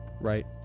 right